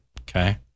okay